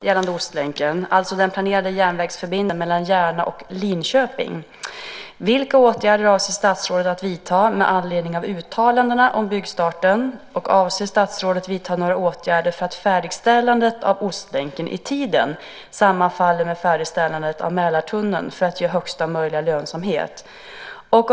Herr talman! Per Westerberg har ställt tre frågor gällande Ostlänken, alltså den planerade järnvägsförbindelsen mellan Järna och Linköping. 1. Vilka åtgärder avser statsrådet att vidta med anledning av uttalandena om byggstarten? 2. Avser statsrådet att vidta några åtgärder för att färdigställandet av Ostlänken i tiden sammanfaller med färdigställandet av Mälartunneln för att ge högsta möjliga lönsamhet? 3.